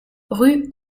rue